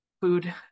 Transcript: food